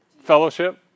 Fellowship